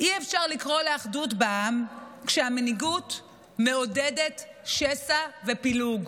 אי-אפשר לקרוא לאחדות בעם כשהמנהיגות מעודדת שסע ופילוג.